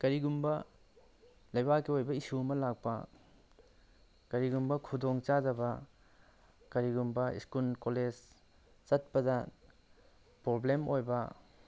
ꯀꯔꯤꯒꯨꯝꯕ ꯂꯩꯕꯥꯛꯀꯤ ꯑꯣꯏꯕ ꯏꯁꯨ ꯑꯃ ꯂꯥꯛꯄ ꯀꯔꯤꯒꯨꯝꯕ ꯈꯨꯗꯣꯡ ꯆꯥꯗꯕ ꯀꯔꯤꯒꯨꯝꯕ ꯁ꯭ꯀꯨꯜ ꯀꯣꯂꯦꯖ ꯆꯠꯄꯗ ꯄ꯭ꯔꯣꯕ꯭ꯂꯦꯝ ꯑꯣꯏꯕ